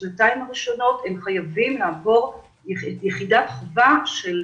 בשנתיים הראשונות הם חייבים לעבור יחידת חובה של